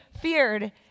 feared